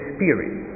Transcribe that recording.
Spirit